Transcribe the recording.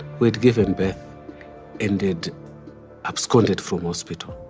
who had given birth ended absconded from hospital.